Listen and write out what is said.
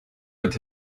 with